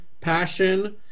passion